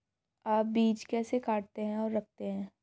आप बीज कैसे काटते और रखते हैं?